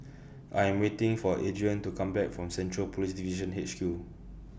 I Am waiting For Adrian to Come Back from Central Police Division H Q